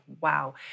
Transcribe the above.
wow